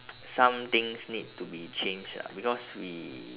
some things need to be changed ah because we